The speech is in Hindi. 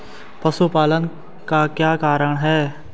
पशुपालन का क्या कारण है?